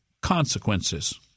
consequences